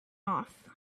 off